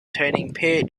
training